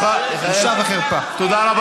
אין גבול, אין גבול.